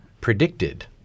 predicted